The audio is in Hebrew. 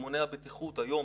ממונה הבטיחות היום,